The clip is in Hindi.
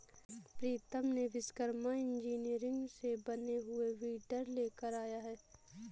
प्रीतम ने विश्वकर्मा इंजीनियरिंग से बने हुए वीडर लेकर आया है